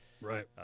right